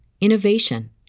innovation